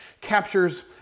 captures